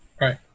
right